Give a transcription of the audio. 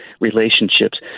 relationships